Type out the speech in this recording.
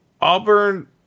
Auburn